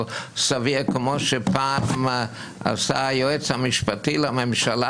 כמו שפעם עשה היועץ המשפטי לממשלה,